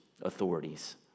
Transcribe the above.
authorities